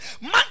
man